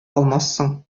алмассың